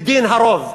בדין הרוב.